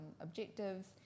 objectives